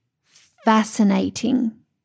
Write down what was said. fascinating